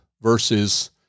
versus